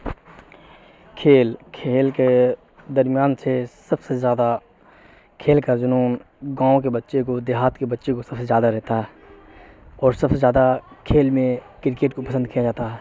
کھیل کھیل کے درمیان سے سب سے زیادہ کھیل کا جنون گاؤں کے بچے کو دیہات کے بچے کو سب سے زیادہ رہتا ہے اور سب سے زیادہ کھیل میں کرکٹ کو پسند کیا جاتا ہے